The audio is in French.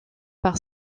par